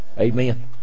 Amen